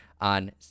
on